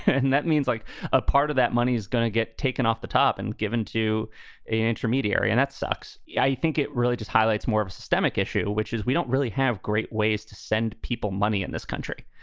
and and that means like a part of that money is going to get taken off the top and given to a and intermediary. and that sucks. yeah i think it really just highlights more of a systemic issue, which is we don't really have great ways to send people money in this country.